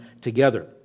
together